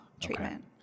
treatment